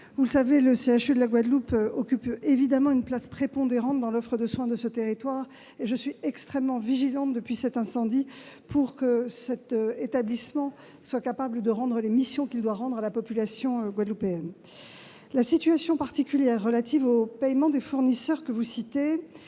Théophile, le CHU de la Guadeloupe occupe effectivement une place prépondérante dans l'offre de soins de ce territoire et je suis extrêmement vigilante, depuis cet incendie, à ce que cet établissement soit capable de remplir les missions qui sont les siennes envers la population guadeloupéenne. La situation particulière relative au paiement des fournisseurs, que vous citez,